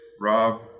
Rob